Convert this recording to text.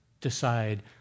decide